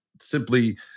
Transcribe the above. simply